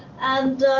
and